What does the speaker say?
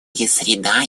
среда